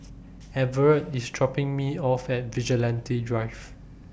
Everett IS dropping Me off At Vigilante Drive